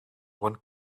one